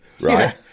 right